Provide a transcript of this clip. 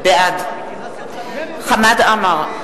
בעד חמד עמאר,